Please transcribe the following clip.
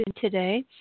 today